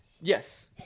Yes